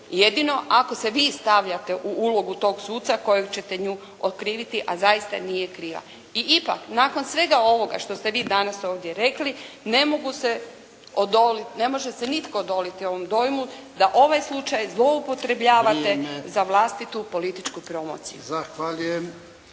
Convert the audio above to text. Jedino ako se vi stavljate u ulogu tog suca koju ćete nju okriviti, a zaista nije kriva. I ipak, nakon svega ovoga što ste vi danas ovdje rekli ne može se nitko odoliti ovom dojmu, da ovaj slučaj zloupotrebljavate za vlastitu političku promociju.